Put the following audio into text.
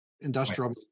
industrial